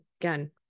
again